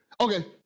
Okay